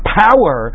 power